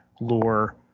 lure